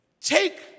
Take